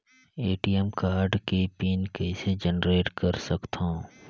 ATM card के pin कइसे generate कर सकथव?